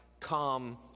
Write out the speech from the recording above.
Come